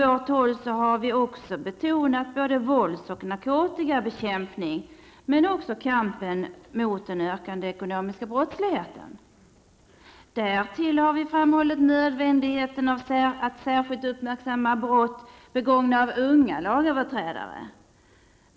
Vi har betonat både vålds och narkotikabekämpning, men också kampen mot den ökande ekonomiska brottsligheten. Vi har därtill framhållit nödvändigheten av att särskilt uppmärksamma brott begångna av unga lagöverträdare.